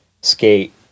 skate